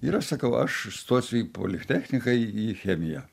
ir aš sakau aš stosiu į politechniką į į chemiją